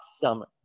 Summer